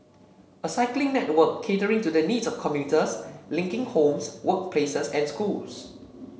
a cycling network catering to the needs of commuters linking homes workplaces and schools